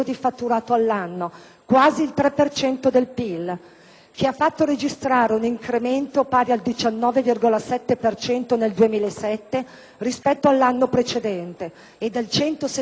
che ha fatto registrare un incremento pari al 19,7 per cento nel 2007 rispetto all'anno precedente e del 169 per cento dal 2003 al 2007.